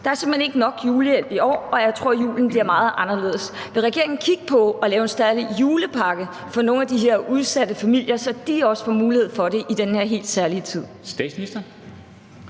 Der er simpelt hen ikke nok julehjælp i år, og jeg tror, at julen bliver meget anderledes. Vil regeringen kigge på at lave en særlig julepakke for nogle af de her udsatte familier, så de også får mulighed for at fejre jul i den her helt særlige tid?